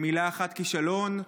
במילה אחת: כישלון.